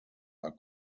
are